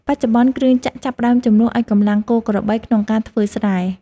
បច្ចុប្បន្ន គ្រឿងចក្រចាប់ផ្ដើមជំនួសឱ្យកម្លាំងគោក្របីក្នុងការធ្វើស្រែ។